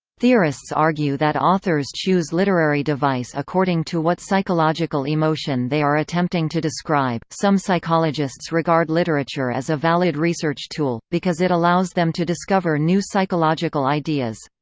theorists argue that authors choose literary device according to what psychological emotion they are attempting to describe some psychologists regard literature as a valid research tool, because it allows them to discover new psychological ideas.